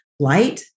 Light